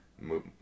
move